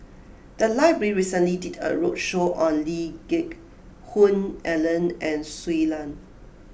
the library recently did a roadshow on Lee Geck Hoon Ellen and Shui Lan